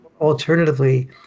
alternatively